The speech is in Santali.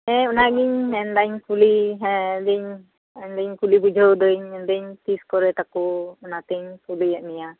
ᱦᱮᱸ ᱚᱱᱟᱜᱮᱧ ᱢᱮᱱᱮᱫᱟᱹᱧ ᱠᱩᱞᱤ ᱦᱮᱸ ᱞᱤᱧ ᱞᱤᱧ ᱠᱩᱞᱤ ᱵᱩᱡᱷᱟᱹᱣ ᱮᱫᱟᱹᱧ ᱢᱮᱱᱮᱫᱟᱹᱧ ᱛᱤᱥ ᱠᱚᱨᱮ ᱛᱟᱠᱚ ᱚᱱᱟᱛᱤᱧ ᱠᱩᱞᱤᱭᱮᱫ ᱢᱮᱭᱟ